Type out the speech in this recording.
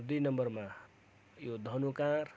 र दुई नम्बरमा यो धनु काँड